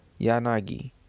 yanagi